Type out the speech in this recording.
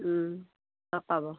লগ পাব